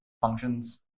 functions